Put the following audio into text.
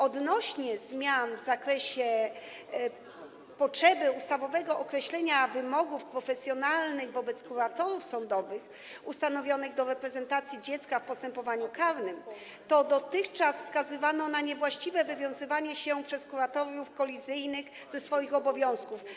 Co do potrzeby zmian w zakresie ustawowego określenia wymogów profesjonalnych wobec kuratorów sądowych ustanowionych do reprezentacji dziecka w postępowaniu karnym to dotychczas wskazywano na niewłaściwe wywiązywanie się przez kuratorów kolizyjnych ze swoich obowiązków.